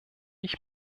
ich